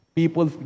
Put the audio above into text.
people